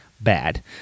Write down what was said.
bad